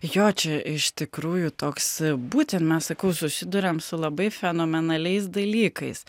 jo čia iš tikrųjų toks būtent mes sakau susiduriam su labai fenomenaliais dalykais